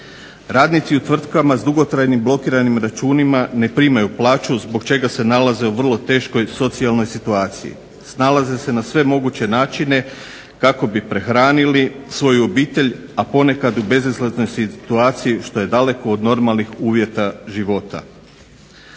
Radnici u tvrtkama s dugotrajnim blokiranim računima ne primaju plaću zbog čega se nalaze u vrlo teškoj socijalnoj situaciji. Snalaze se na sve moguće načine kako bi prehranili svoju obitelj, a ponekad u bezizlaznoj situaciji što je daleko od normalnih uvjeta života.